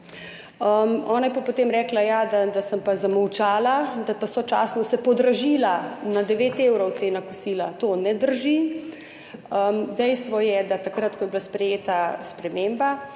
Ona je pa potem rekla, ja da sem pa zamolčala, da pa se je sočasno podražila na 9 evrov cena kosila. To ne drži. Dejstvo je, da takrat, ko je bila sprejeta sprememba,